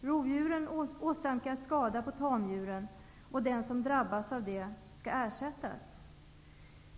Rovdjuren åsamkar skada på tamdjuren, och den som drabbas av det skall ersättas.